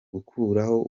gukuraho